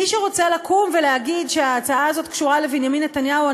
מי שרוצה לקום ולהגיד שההצעה הזאת קשורה לבנימין נתניהו,